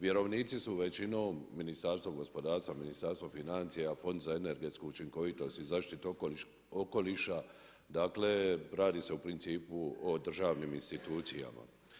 Vjerovnici su većinom Ministarstvo gospodarstva, Ministarstvo financija, Fond za energetsku učinkovitost i zaštitu okoliša, dakle radi se o principu o državnim institucijama.